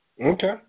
Okay